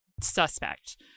suspect